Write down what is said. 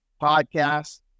podcast